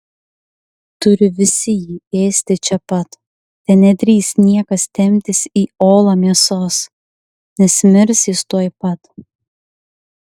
turi visi jį ėsti čia pat te nedrįs niekas temptis į olą mėsos nes mirs jis tuoj pat